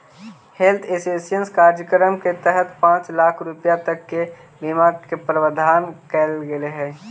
health insurance कार्यक्रम के तहत पांच लाख रुपया तक के बीमा के प्रावधान कैल गेल हइ